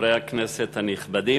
חברי הכנסת הנכבדים,